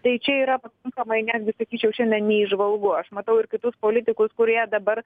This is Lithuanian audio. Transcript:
tai čia yra pakankamai netgi sakyčiau šiandien neįžvalgu aš matau ir kitus politikus kurie dabar